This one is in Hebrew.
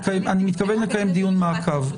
אני מתכוון לקיים דיון מעקב.